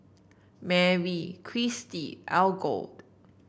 Merrie Cristy Algot